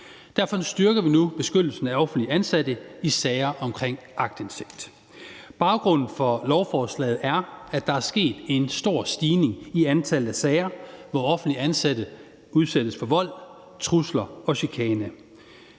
Derfor styrker vi nu beskyttelsen af offentligt ansatte i sager om aktindsigt. Baggrunden for lovforslaget er, at der er sket en stor stigning i antallet af sager, hvor offentligt ansatte udsættes for vold, trusler og chikane.